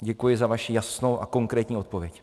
Děkuji za vaši jasnou a konkrétní odpověď.